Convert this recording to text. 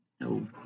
no